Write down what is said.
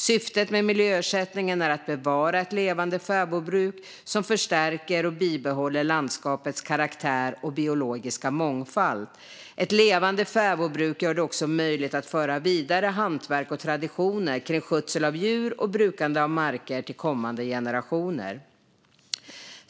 Syftet med miljöersättningen är att bevara ett levande fäbodbruk som förstärker och bibehåller landskapets karaktär och biologiska mångfald. Ett levande fäbodbruk gör det också möjligt att föra vidare hantverk och traditioner kring skötsel av djur och brukande av marker till kommande generationer.